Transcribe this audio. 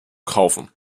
kaufen